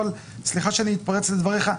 סליחה שאני מתפרץ לדבריך,